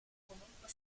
comunque